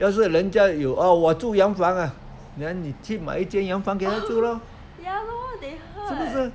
要是人家有 oh 我住洋房 ah then 你去买一间洋房给他住 lor 是不是